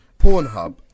Pornhub